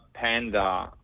panda